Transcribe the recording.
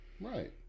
right